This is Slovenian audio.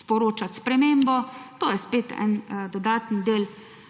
sporočati spremembo, to je spet eno dodatno delo.